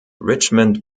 richmond